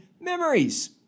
memories